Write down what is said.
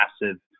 massive